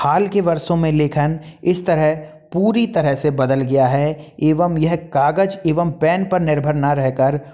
हाल के वर्षों में लेखन इस तरह पूरी तरह से बदल गया है एवं यह कागज एवं पेन पर निर्भर न रह कर